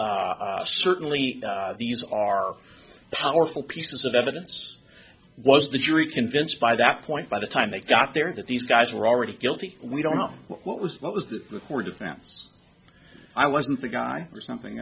certainly these are powerful pieces the evidence was the jury convinced by that point by the time they got there that these guys were already guilty we don't know what was what was the record defense i wasn't the guy or something